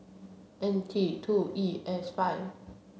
N T two E S five